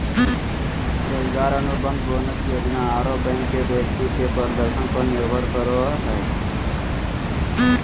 रोजगार अनुबंध, बोनस योजना आरो बैंक के व्यक्ति के प्रदर्शन पर निर्भर करो हइ